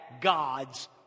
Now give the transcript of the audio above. God's